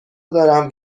دارم